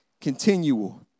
continual